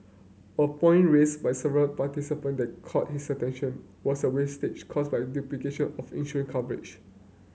a point raised by several participant that caught his attention was a wastage caused by duplication of insurance coverage